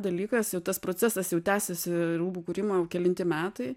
dalykas ir tas procesas jau tęsiasi rūbų kūrimo kelinti metai